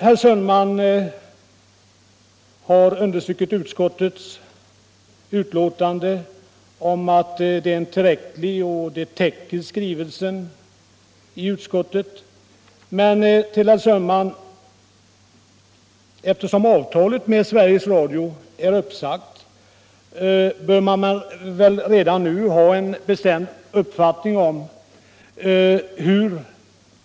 Herr Sundman har understrukit att skrivningen i betänkandet är tillräcklig och att den täcker vad utskottet anser. Men, herr Sundman, eftersom avtalet med Sveriges Radio är uppsagt bör man väl redan nu ha en bestämd uppfattning om hur